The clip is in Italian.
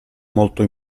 molto